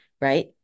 right